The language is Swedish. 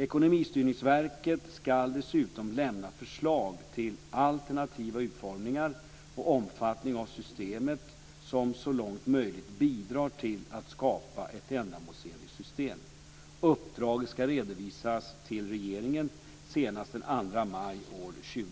Ekonomistyrningsverket ska dessutom lämna förslag till alternativa utformningar och omfattning av systemet som så långt möjligt bidrar till att skapa ett ändamålsenligt system. Uppdraget ska redovisas till regeringen senast den 2 maj